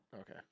Okay